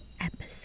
episode